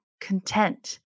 content